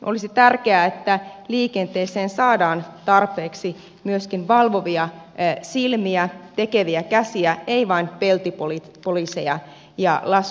olisi tärkeää että liikenteeseen saadaan tarpeeksi myöskin valvovia silmiä tekeviä käsiä ei vain peltipoliiseja ja laskun lähettäjiä